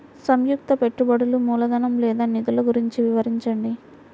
సంయుక్త పెట్టుబడులు మూలధనం లేదా నిధులు గురించి వివరించండి?